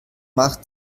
macht